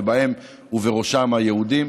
ובהם ובראשם היהודים.